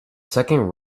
second